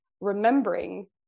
remembering